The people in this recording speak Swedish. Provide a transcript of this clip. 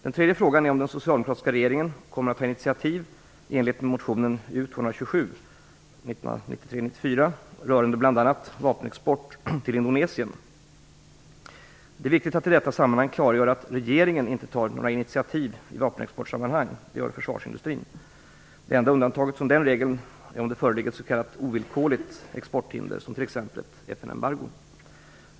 Den tredje frågan är om den socialdemokratiska regeringen kommer att ta initiativ i enlighet med motionen U227 för 1993/94, rörande bl.a. vapenexport till Indonesien. Det är viktigt att i detta sammanhang klargöra att regeringen inte tar några initiativ i vapenexportsammanhang, det gör försvarsindustrin. Det enda undantaget från denna regel är om det föreligger ett s.k. ovillkorligt exporthinder, t.ex. ett FN-embargo.